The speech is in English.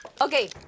Okay